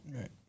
Right